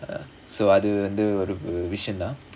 uh so அது வந்து ஒரு விஷயம் தான்:adhu vandhu oru vishayam thaan